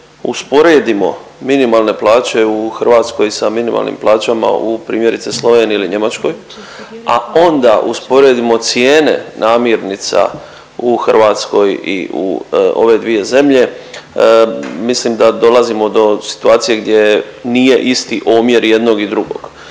usporedimo minimalne plaće u Hrvatskoj sa minimalnim plaćama u primjerice Sloveniji ili Njemačkoj, a onda usporedimo cijene namirnica u Hrvatskoj i u ove dvije zemlje, mislim da dolazimo do situacije gdje nije isti omjer jednog i drugog.